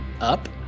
up